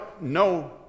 no